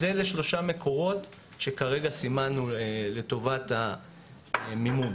אלה שלושת המקורות שכרגע סימנו לטובת המימון